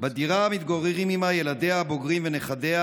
בדירה מתגוררים עימה ילדיה הבוגרים ונכדיה,